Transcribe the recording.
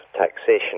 taxation